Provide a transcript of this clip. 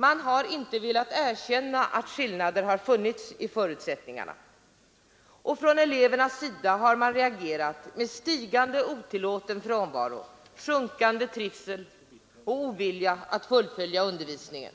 Man har inte velat erkänna att skillnader finns i förutsättningar. Från elevernas sida har man reagerat med stigande otillåten frånvaro, sjunkande trivsel och ovilja att följa undervisningen.